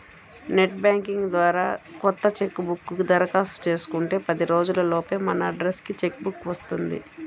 net banking ద్వారా కొత్త cheque book కి దరఖాస్తు చేసుకుంటే పది రోజుల లోపే మన అడ్రస్ కి చెక్ బుక్ వస్తుంది